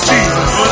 Jesus